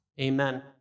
Amen